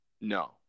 No